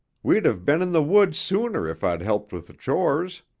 we'd have been in the woods sooner if i'd helped with the chores.